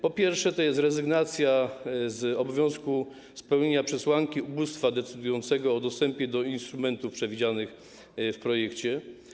Po pierwsze, jest to rezygnacja z obowiązku spełnienia przesłanki ubóstwa decydującego o dostępie do instrumentów przewidzianych w projekcie.